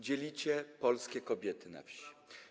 Dzielicie polskie kobiety na wsi.